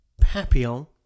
Papillon